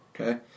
Okay